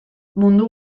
mundu